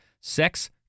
Sex